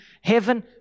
heaven